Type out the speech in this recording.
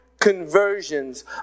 conversions